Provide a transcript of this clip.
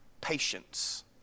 patience